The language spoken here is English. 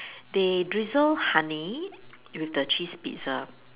they drizzle honey with the cheese Pizza